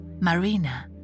Marina